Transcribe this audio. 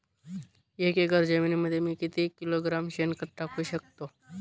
एक एकर जमिनीमध्ये मी किती किलोग्रॅम शेणखत टाकू शकतो?